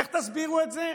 איך תסבירו את זה?